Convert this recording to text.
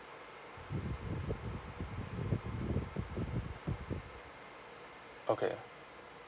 okay